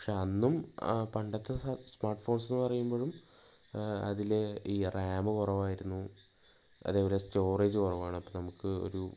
പക്ഷെ അന്നും ആ പണ്ടത്തെ സ്മാർട്ട് ഫോൺസ് എന്ന് പറയുമ്പൊഴും അതിൽ ഈ റാം കുറവാരുന്നു അതേപോലെ സ്റ്റോറേജ് കുറവാണ് അപ്പോൾ നമുക്ക് ഒരു